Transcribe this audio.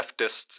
leftists